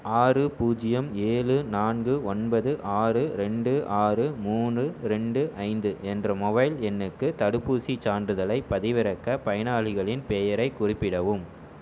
ஆறு பூஜ்ஜியம் ஏழு நான்கு ஒன்பது ஆறு ரெண்டு ஆறு மூணு ரெண்டு ஐந்து என்ற மொபைல் எண்ணுக்கு தடுப்பூசிச் சான்றிதழைப் பதிவிறக்க பயனாளிகளின் பெயரைக் குறிப்பிடவும்